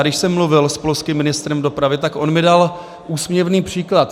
Já když jsem mluvil s polským ministrem dopravy, tak on mi dal úsměvný příklad.